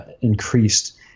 increased